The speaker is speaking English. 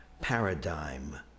paradigm